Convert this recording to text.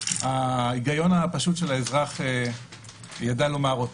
ההיגיון הפשוט של האזרח ידע לומר אותו.